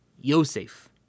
Yosef